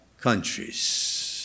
countries